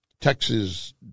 Texas